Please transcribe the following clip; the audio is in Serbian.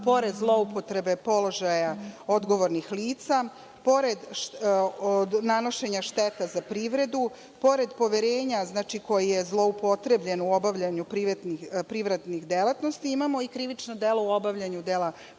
Pored zloupotrebe položaja odgovornih lica, pored nanošenja štete za privredu, pored poverenja koje je zloupotrebljeno u obavljanju privrednih delatnosti, imamo i krivična dela koja se odnose